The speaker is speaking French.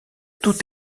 toute